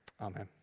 Amen